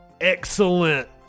Excellent